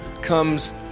comes